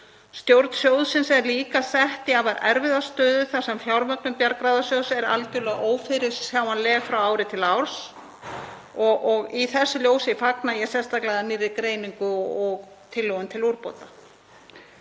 Stjórn sjóðsins er líka sett í afar erfiða stöðu þar sem fjármögnun Bjargráðasjóðs er algerlega ófyrirsjáanleg frá ári til árs. Í þessu ljósi fagna ég sérstaklega nýrri greiningu og tillögum til úrbóta.